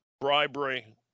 bribery